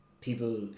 people